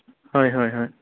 হয় হয় হয়